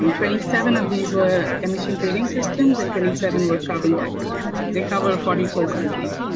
um twenty seven of these were emission trading systems and twenty seven were carbon taxes. they cover forty four countries,